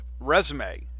Resume